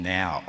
now